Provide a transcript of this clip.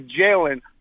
Jalen –